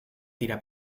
tira